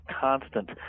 constant